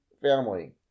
family